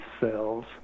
cells